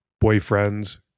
boyfriend's